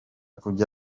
kujya